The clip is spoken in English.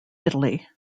italy